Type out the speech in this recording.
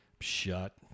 Shut